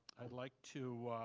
i'd like to